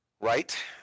Right